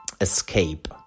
escape